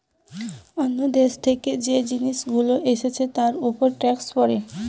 অন্য দেশ থেকে যে জিনিস গুলো এসছে তার উপর ট্যাক্স পড়ে